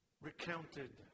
recounted